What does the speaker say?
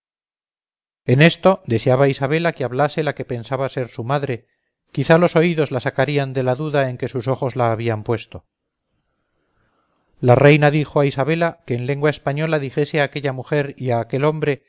en esto deseaba isabela que hablase la que pensaba ser su madre quizá los oídos la sacarían de la duda en que sus ojos la habían puesto la reina dijo a isabela que en lengua española dijese a aquella mujer y a aquel hombre